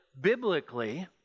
biblically